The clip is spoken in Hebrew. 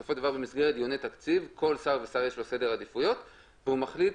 בסופו של דבר במסגרת דיוני תקציב לכל שר יש סדר עדיפויות והוא מחליט